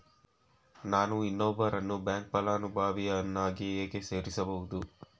ನಾನು ಇನ್ನೊಬ್ಬರನ್ನು ಬ್ಯಾಂಕ್ ಫಲಾನುಭವಿಯನ್ನಾಗಿ ಹೇಗೆ ಸೇರಿಸಬಹುದು?